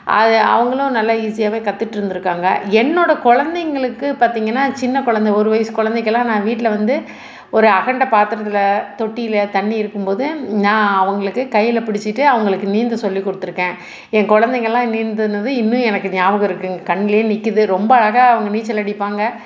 அது அவங்களும் நல்ல ஈஸியாகவே கத்துட்டிருந்துருக்காங்க என்னோடய குழந்தைங்களுக்கு பார்த்திங்கனா சின்ன குழந்த ஒரு வயது குழந்தைக்குலாம் நான் வீட்டில் வந்து ஒரு அகண்ட பாத்திரத்தில் தொட்டியில் தண்ணி இருக்கும் போது நான் அவங்களுக்கு கையில் பிடிச்சிட்டு அவங்களுக்கு நீந்த சொல்லி கொடுத்துருக்கேன் என் குழந்தைங்கள்லாம் நீந்தினது இன்னும் எனக்கு ஞாபகம் இருக்குங்க கண்ணில் நிற்கிது ரொம்ப அழகாக அவங்க நீச்சலடிப்பாங்க